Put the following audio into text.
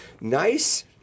nice